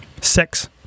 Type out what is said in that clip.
Six